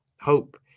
hope